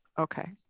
Okay